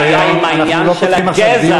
הבעיה עם העניין של הגזע,